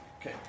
Okay